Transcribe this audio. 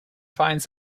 finds